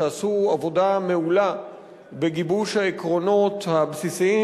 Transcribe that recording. שעשו עבודה מעולה בגיבוש העקרונות הבסיסיים